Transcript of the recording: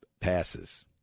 passes